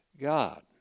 God